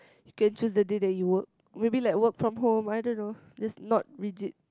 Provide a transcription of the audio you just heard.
you can choose the day that you work maybe like work from home I don't know just not rigid